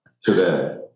today